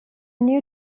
new